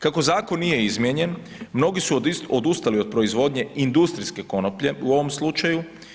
Kako zakon nije izmijenjen, mnogi su odustali od proizvodnje industrijske konoplje u ovom slučaju.